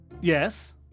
yes